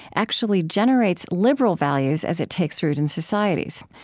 actually generates liberal values as it takes root in societies.